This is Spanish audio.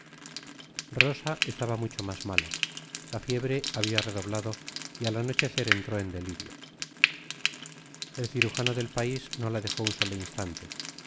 rosa estaba mucho mas mala la fiebre habia redoblado y al anochecer entró en delirio el cirujano del pais no la dejo un solo instante